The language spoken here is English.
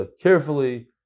carefully